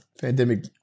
Pandemic